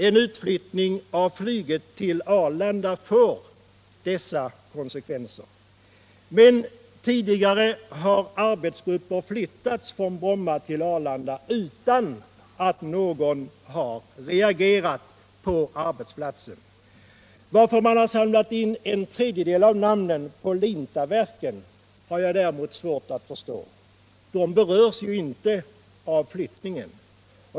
En utflyttning av flyget till Arlanda får dessa konsekvenser. Men tidigare har grupper av anställda flyttats från Bromma till Arlanda utan att någon reagerat på arbetsplatsen. Varför man har samlat in en tredjedel av namnen på Lintaverken har jag däremot svårt att förstå. De berörs ju inte av flyttningen.